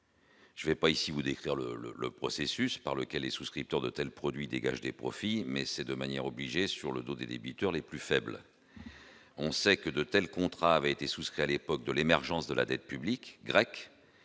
Je vais pas ici vous décrire le le le processus par lequel les souscripteurs de tels produits dégagent des profits, mais c'est de manière obligé sur le dos des débiteurs les plus faibles. On sait que de tels contrats avaient été souscrits à l'époque de l'émergence de la dette publique grecque